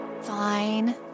Fine